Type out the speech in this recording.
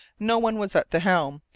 no one was at the helm,